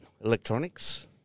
Electronics